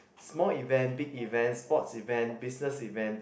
small event big event sports event business event